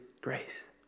grace